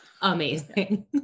amazing